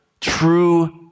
true